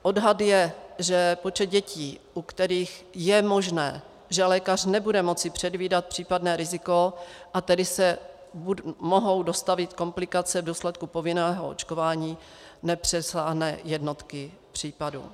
Odhad je, že počet dětí, u kterých je možné, že lékař nebude moci předvídat případné riziko, a tedy se mohou dostavit komplikace v důsledku povinného očkování, nepřesáhne jednotky případů.